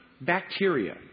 bacteria